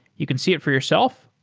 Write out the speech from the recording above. you can see it for yourself.